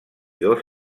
dos